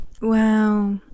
Wow